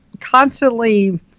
constantly